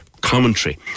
commentary